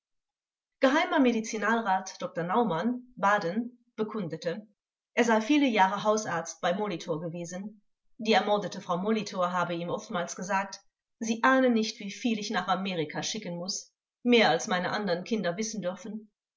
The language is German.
geh medizinalrat dr naumann baden bekundete er sei viele jahre hausarzt bei molitor gewesen die ermordete frau molitor habe ihm oftmals gesagt sie ahnen nicht wieviel ich nach amerika schicken muß mehr als meine anderen kinder wissen dürfen